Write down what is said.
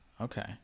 Okay